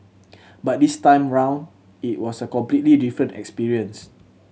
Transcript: but this time around it was a completely different experience